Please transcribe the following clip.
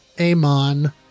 Amon